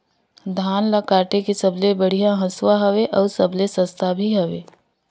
धान ल काटे के सबले बढ़िया हंसुवा हवये? अउ सबले सस्ता भी हवे?